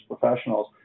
professionals